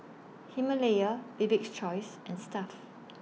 Himalaya Bibik's Choice and Stuff'd